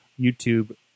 YouTube